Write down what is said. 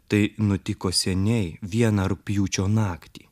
tai nutiko seniai vieną rugpjūčio naktį